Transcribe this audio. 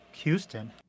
Houston